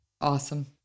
Awesome